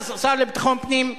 וגם של השר לביטחון פנים,